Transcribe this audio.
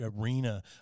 arena